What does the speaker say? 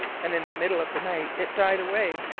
and in the middle of the night it died away.